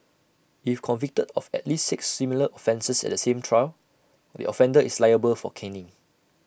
if convicted of at least six similar offences at the same trial the offender is liable for caning